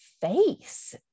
face